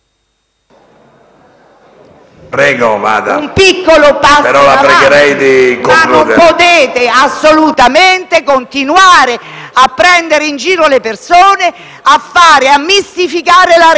di un piccolo passo in avanti, ma voi non potete assolutamente continuare a prendere in giro le persone e mistificare la realtà,